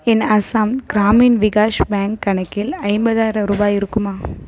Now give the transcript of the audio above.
என் Assam Gramin Vikash bank கணக்கில் ஐம்பதாயிரம் ரூபாய் இருக்குமா